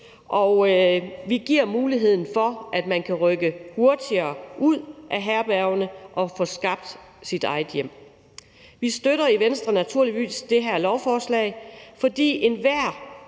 og vi giver muligheden for, at man kan rykke hurtigere ud af herbergerne og få skabt sit eget hjem. Vi støtter i Venstre naturligvis det her lovforslag, for vi mener